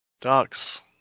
Ducks